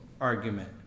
argument